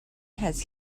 has